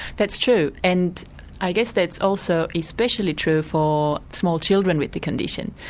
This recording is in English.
that's true and i guess that's also especially true for small children with the condition.